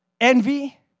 envy